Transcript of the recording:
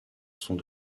sont